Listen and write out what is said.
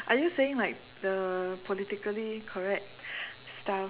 are you saying like the politically correct stuff